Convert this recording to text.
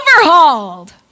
overhauled